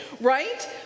Right